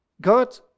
God